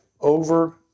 over